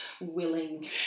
willing